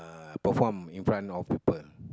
uh perform in front of people